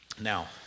Now